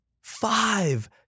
Five